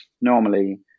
normally